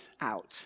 out